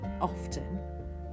often